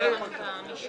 הנה הגיע מצליף הקואליציה.